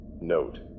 Note